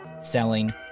selling